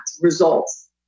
results